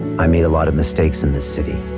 i made a lot of mistakes in this city,